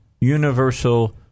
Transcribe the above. universal